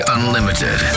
Unlimited